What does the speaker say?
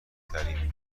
ترین